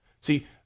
See